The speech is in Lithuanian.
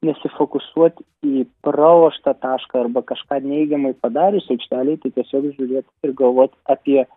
nesifokusuoti į praloštą tašką arba kažką neigiamai padarius aikštelėjetai tiesiog žiūrėti ir galvoti apie